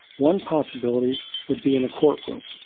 one possibility would be in a courtroom.